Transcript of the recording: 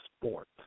sport